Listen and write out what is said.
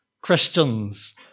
Christians